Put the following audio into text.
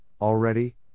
already